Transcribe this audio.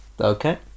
Okay